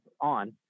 on